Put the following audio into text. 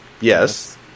Yes